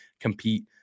compete